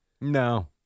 No